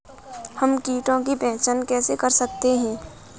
हम कीटों की पहचान कैसे कर सकते हैं?